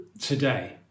today